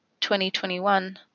2021